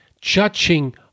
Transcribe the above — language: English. judging